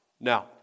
Now